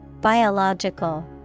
Biological